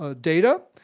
ah data.